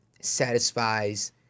satisfies